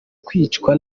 kwicwa